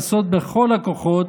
לעשות בכל הכוחות